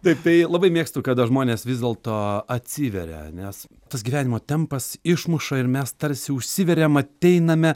taip tai labai mėgstu kada žmonės vis dėlto atsiveria nes tas gyvenimo tempas išmuša ir mes tarsi užsiveriam ateiname